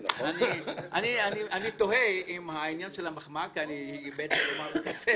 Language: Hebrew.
אני תוהה אם העניין של המחמאה כאן הוא בעצם לומר "קצר".